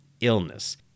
illness